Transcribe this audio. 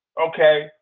okay